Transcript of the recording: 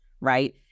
right